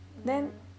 yeah